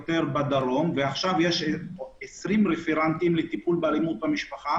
יותר עובדים סוציאליים ויש 20 רפרנטים לטיפול באלימות במשפחה